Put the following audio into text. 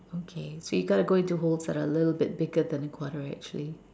okay so you got to go into holes that are a little bit bigger than a quarter actually